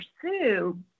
pursue